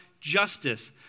justice